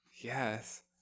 yes